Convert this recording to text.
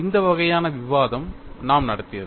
இந்த வகையான விவாதம் நாம் நடத்தியது